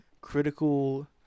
Critical